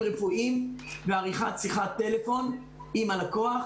רפואיים ועריכת שיחת טלפון עם הלקוח,